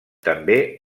també